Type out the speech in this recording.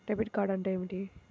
Debit card అంటే ఏమిటి?